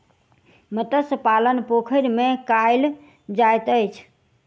मत्स्य पालन पोखैर में कायल जाइत अछि